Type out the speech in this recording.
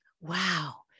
wow